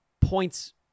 points